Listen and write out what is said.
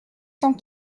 cent